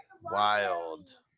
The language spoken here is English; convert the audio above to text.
Wild